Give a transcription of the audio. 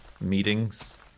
meetings